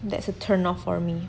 that's a turn off for me